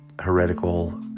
heretical